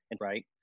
right